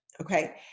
okay